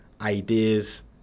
ideas